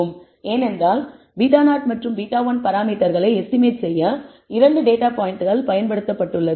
ஏனென்றால் β0 மற்றும் β1 பராமீட்டர்களை எஸ்டிமேட் செய்ய இரண்டு டேட்டா பாயிண்ட்கள் பயன்படுத்தப்பட்டுள்ளது